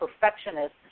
perfectionist